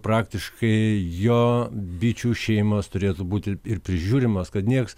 praktiškai jo bičių šeimos turėtų būti ir prižiūrimos kad nieks